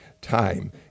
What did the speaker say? time